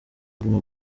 guma